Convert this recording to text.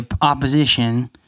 opposition